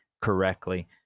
correctly